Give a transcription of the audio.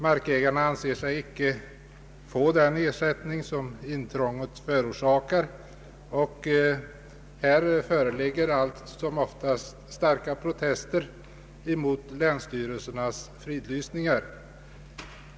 Markägarna anser sig icke få en ersättning som motsvarar de olägenheter som intrånget förorsakar. Allt som oftast förekommer starka protester mot länsstyrelsernas fridlysningar.